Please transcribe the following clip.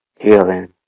healing